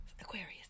Aquarius